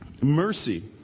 mercy